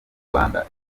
rwanda